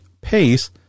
pace